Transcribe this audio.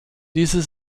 diese